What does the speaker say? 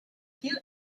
viel